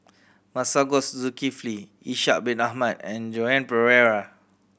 Masagos Zulkifli Ishak Bin Ahmad and Joan Pereira